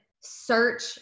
search